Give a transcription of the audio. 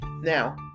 Now